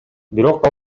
бирок